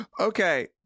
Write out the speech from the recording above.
Okay